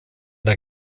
der